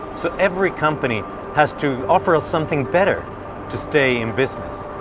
so every company has to offer us something better to stay in business.